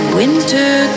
winter